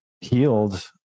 healed